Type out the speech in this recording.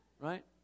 Right